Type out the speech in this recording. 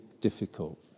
difficult